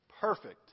perfect